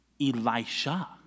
Elisha